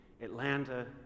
Atlanta